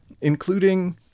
including